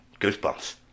goosebumps